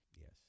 Yes